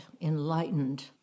enlightened